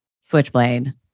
Switchblade